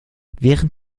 während